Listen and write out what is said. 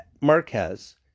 Marquez